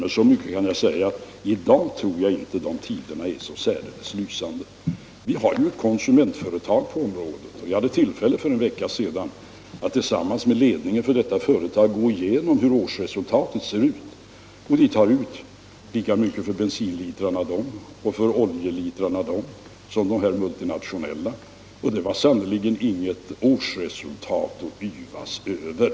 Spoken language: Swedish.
Men i dag tror jag inte att tiderna är så särdeles lysande. Jag hade tillfälle att för en vecka sedan tillsammans med ledningen för ett konsumentföretag på området gå igenom hur årsresultatet såg ut att bli. Det här företaget tar ut lika mycket för bensinoch oljelitrarna som de multinationella företagen, och deras årsresultat var sannerligen inget att yvas över.